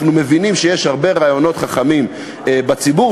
אנחנו מבינים שיש הרבה רעיונות חכמים בציבור.